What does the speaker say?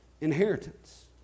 inheritance